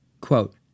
Quote